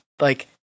like-